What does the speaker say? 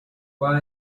while